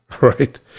right